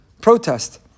protest